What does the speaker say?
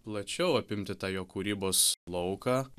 plačiau apimti tą jo kūrybos lauką